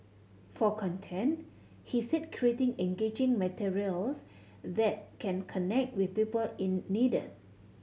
for content he said creating engaging materials that can connect with people in needed